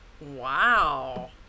Wow